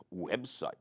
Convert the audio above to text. website